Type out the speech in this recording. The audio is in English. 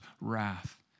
wrath